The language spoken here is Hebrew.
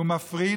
ומפריד,